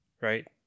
right